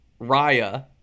Raya